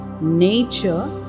Nature